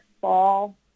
fall